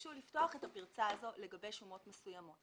שביקשו לפתוח את הפרצה הזאת לגבי שומות מסוימות.